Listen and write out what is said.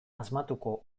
asmatuko